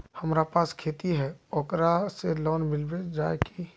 हमरा पास खेती है ओकरा से लोन मिलबे जाए की?